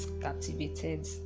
captivated